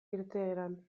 irteeran